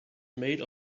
made